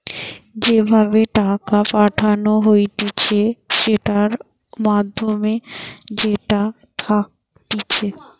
যে ভাবে টাকা পাঠানো হতিছে সেটার মাধ্যম যেটা থাকতিছে